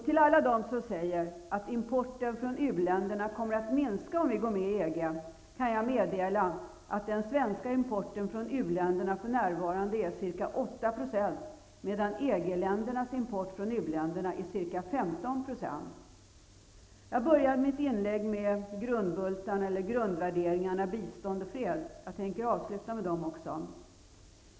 Till alla dem som säger att importen från u-länderna kommer att minska om vi går med i EG kan jag meddela att den svenska importen från u-länderna för närvarande är ca 8 %, medan EG-ländernas import från uländerna är ca 15 %. Jag började mitt inlägg med grundbultarna bistånd och fred. Jag tänker avsluta med dem också.